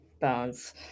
bones